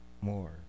more